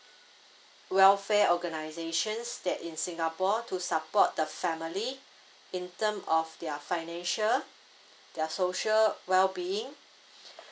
welfare organisations that in singapore to support the family in term of their financial their social well being